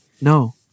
No